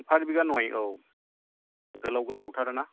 फार बिघा नय औ गोलाव गोलावथारना